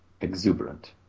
exuberant